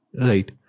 Right